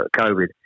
COVID